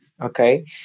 okay